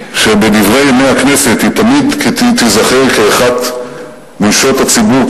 שבדברי ימי הכנסת היא תמיד תיזכר כאחת מנשות הציבור,